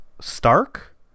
Stark